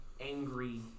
angry